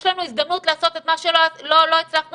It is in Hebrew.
יש לנו הזדמנות לעשות את מה שלא הצלחנו